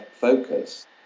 focus